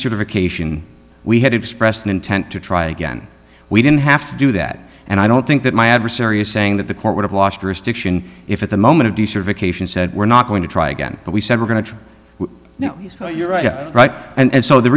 certification we had expressed an intent to try again we didn't have to do that and i don't think that my adversary is saying that the court would have lost restriction if at the moment of the survey cation said we're not going to try again but we said we're going to now you're right right and so the